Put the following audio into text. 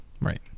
Right